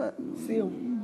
סיום.